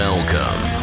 Welcome